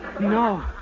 No